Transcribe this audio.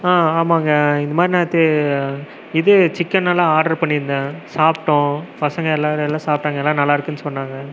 ஆமாங்க இந்தமாதிரி நேற்று இது சிக்கனெல்லாம் ஆர்டர் பண்ணியிருந்தேன் சாப்பிட்டோம் பசங்கள் எல்லாேரும் எல்லா சாப்பிட்டாங்க எல்லாேரும் நல்லாயிருக்குனு சொன்னாங்க